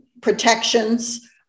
protections